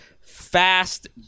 fast